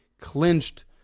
clinched